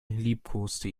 liebkoste